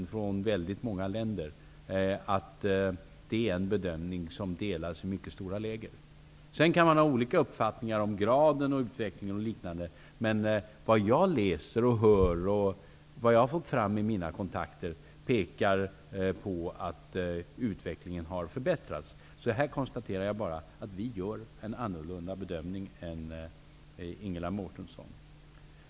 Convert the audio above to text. Jag tror att jag vågar säga att det är en bedömning som delas i mycket stora läger. Sedan kan vi ha olika uppfattningar om graden av utvecklingen och liknande, men det jag har läst och hört och fått fram i mina kontakter pekar på att utvecklingen har förbättrats. Här konstaterar jag bara att vi gör en annorlunda bedömning än Ingela Mårtensson.